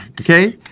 okay